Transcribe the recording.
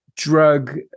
drug